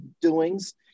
doings